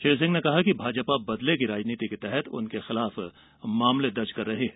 श्री सिंह ने कहा कि भाजपा बदले की राजनीति के तहत उनके खिलाफ मामले दर्ज कर रही है